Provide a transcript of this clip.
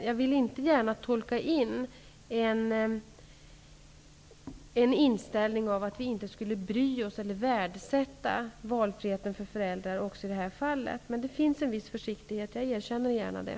Jag vill inte gärna tolka in inställningen att vi inte skulle bry oss, eller inte värdesätta, valfriheten för föräldrarna också i detta fall. Men jag erkänner gärna att det finns en viss försiktighet.